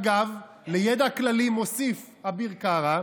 אגב, לידע כללי, מוסיף אביר קארה,